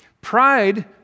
Pride